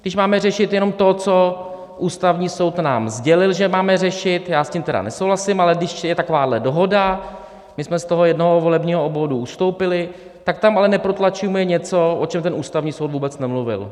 Když máme řešit jenom to, co Ústavní soud nám sdělil, že máme řešit, já s tím tedy nesouhlasím, ale když je takováhle dohoda, my jsme z toho jednoho volebního obvodu ustoupili, tak tam ale neprotlačujme něco, o čem ten Ústavní soud vůbec nemluvil.